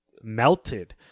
melted